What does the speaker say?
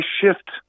shift